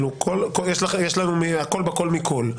יש לנו הכול בכל מכול.